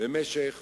במשך